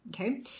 okay